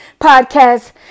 podcast